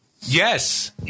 Yes